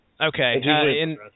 Okay